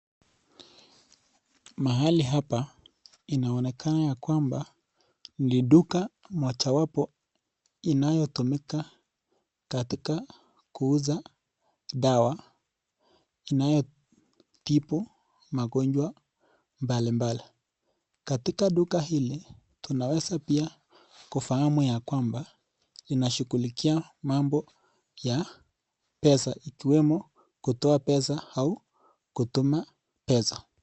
Mahali hapa inaonekana ya kwamba ni duka mojawapo inayotumika katika kuuza dawa inayotibu magonjwa mbalimbali. Katika duka hili, tunaweza pia kufahamu ya kwamba, inashughulikia mambo ya pesa ikiwemo kutoa pesa au kutuma pesa.